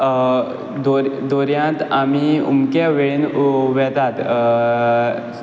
दोरयांत आमी अमकें वेळेंत वेतात